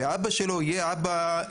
והאבא שלו יהיה אבא דמיוני.